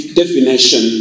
definition